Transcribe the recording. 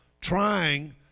trying